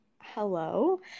Hello